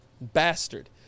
bastard